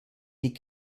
die